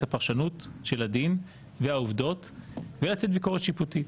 הפרשנות של הדין והעובדות ולתת ביקורת שיפוטית.